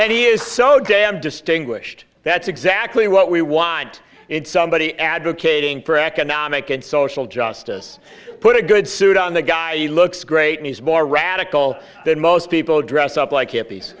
and he is so damn distinguished that's exactly what we want in somebody advocating for economic and social justice put a good suit on the guy looks great nice more radical than most people dress up like hippies